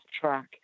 track